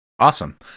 Awesome